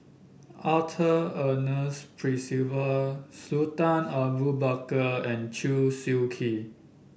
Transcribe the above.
Arthur Ernest Percival Sultan Abu Bakar and Chew Swee Kee